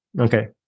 Okay